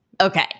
Okay